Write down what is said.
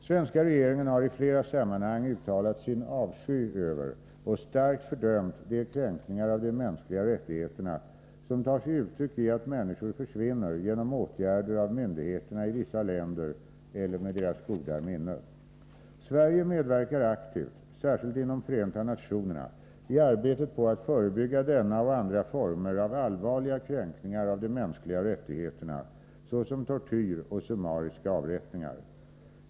Svenska regeringen har i flera sammankang uttalat sin avsky över och starkt fördömt de kränkningar av de mänskliga rättigheterna som tar sig uttryck i att människor försvinner genom åtgärder av myndigheterna i vissa länder eller med deras goda minne. Sverige medverkar aktivt, särskilt inom Förenta nationerna, i arbetet på att förebygga denna och andra former av allvarliga kränkningar av de mänskliga rättigheterna såsom tortyr och summariska avrättningar.